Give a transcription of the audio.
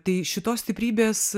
tai šitos stiprybės